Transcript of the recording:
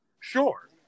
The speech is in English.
Sure